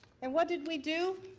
and what did we do?